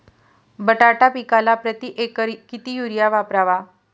बटाटा पिकाला प्रती एकर किती युरिया वापरावा?